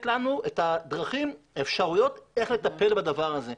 לנו את הדרכים והאפשרויות איך לטפל בדבר הזה.